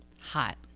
hot